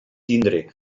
tindre